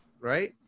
right